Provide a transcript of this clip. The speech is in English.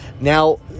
now